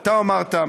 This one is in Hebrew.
אתה אמרת,